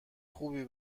خوبی